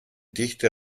dichte